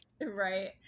right